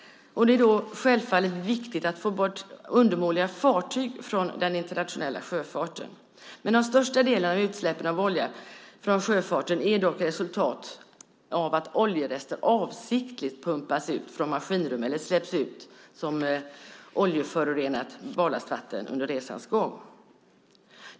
Det är självfallet viktigt att få bort undermåliga fartyg från den internationella sjöfarten. Men den största delen av oljeutsläpp från sjöfarten är resultatet av att oljerester avsiktligt pumpas ut från maskinrum eller släpps ut som oljeförorenat barlastvatten under resans gång.